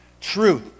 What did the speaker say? truth